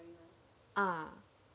ah